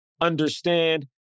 understand